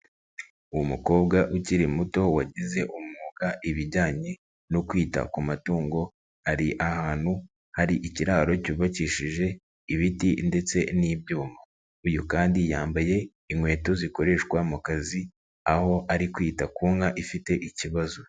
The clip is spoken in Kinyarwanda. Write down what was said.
Umukobwa ukiri muto wagize umwuga ibijyanye no kwita ku matungo, ari ahantu hari ikiraro cyubakishije ibiti ndetse n'ibyuma. Uyu kandi yambaye inkweto zikoreshwa mu kazi, aho ari kwita ku nka ifite ikibazo.